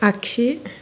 आगसि